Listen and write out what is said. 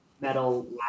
metal